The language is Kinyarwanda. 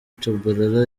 tchabalala